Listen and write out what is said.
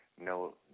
no